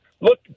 look